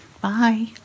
Bye